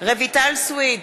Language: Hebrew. רויטל סויד,